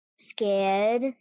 Scared